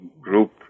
group